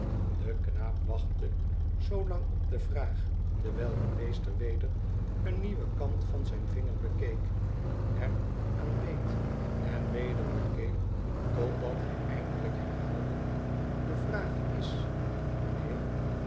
de knaap wachtte zoolang op de vraag terwijl de meester weder een nieuwen kant van zijn vinger bekeek er aan beet en weder bekeek totdat hij eindelijk herhaalde tde vraag is mijnheer